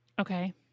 Okay